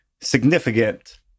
significant